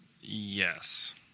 Yes